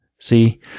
See